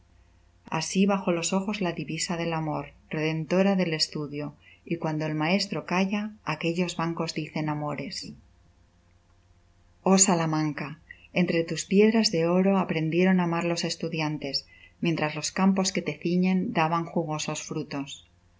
así bajo los ojos la divisa del amor redentora del estudio y cuando el maestro calla aquellos bancos dicen amores oh salamanca entre tus piedras de oro aprendieron á amar los estudiantes mientras los campos que te ciñen daban jugosos frutos del